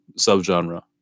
subgenre